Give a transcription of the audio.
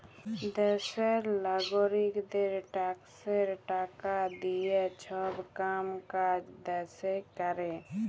দ্যাশের লাগারিকদের ট্যাক্সের টাকা দিঁয়ে ছব কাম কাজ দ্যাশে ক্যরে